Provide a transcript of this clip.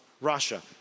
Russia